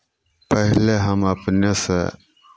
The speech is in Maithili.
पहिले हम अपनेसँ